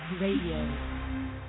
Radio